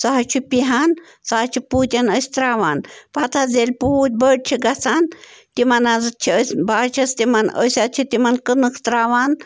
سُہ حظ چھِ پِہان سُہ حظ چھِ پوٗتٮ۪ن أسۍ ترٛاوان پَتہٕ حظ ییٚلہِ پوٗتۍ بٔڑۍ چھِ گَژھان تِمَن حظ چھِ أسۍ بہٕ حظ چھَس تِمَن أسۍ حظ چھِ تِمَن کٕنٕک ترٛاوان